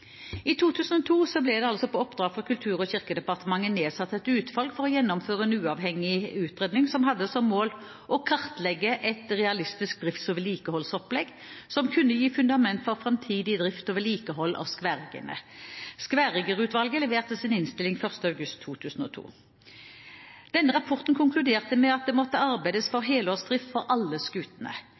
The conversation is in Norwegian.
I 2002 ble det på oppdrag fra Kultur- og kirkedepartementet nedsatt et utvalg for å gjennomføre en uavhengig utredning som hadde som mål å kartlegge et realistisk drifts- og vedlikeholdsopplegg som kunne gi fundament for framtidig drift og vedlikehold av skværriggerne. Skværriggerutvalget leverte sin innstilling 1. august 2002. Rapporten konkluderte med at det måtte arbeides for helårsdrift for alle